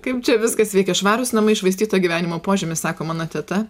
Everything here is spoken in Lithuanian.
kaip čia viskas veikia švarūs namai iššvaistyto gyvenimo požymis sako mano teta